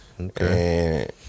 Okay